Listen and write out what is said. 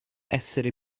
essere